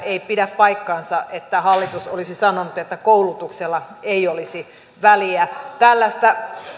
ei pidä paikkaansa että hallitus olisi sanonut että koulutuksella ei olisi väliä tällaista